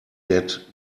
get